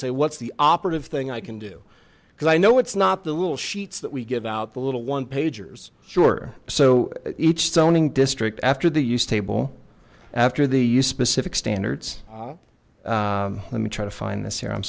say what's the operative thing i can do because i know it's not the little sheets that we give out the little one pagers sure so each zoning district after the use table after the use specific standards let me try to find this here i'm